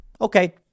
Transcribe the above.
Okay